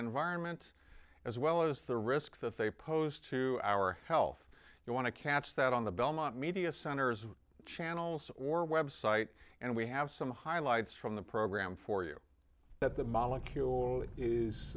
environment as well as the risks that they posed to our health if you want to catch that on the belmont media centers channels or website and we have some highlights from the program for you that the molecule is